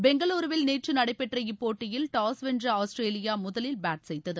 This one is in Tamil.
பெங்களுருவில் நேற்று நடைபெற்ற இப்போட்டியில் டாஸ் வென்ற ஆஸ்திரேலியா முதலில் பேட் செய்தது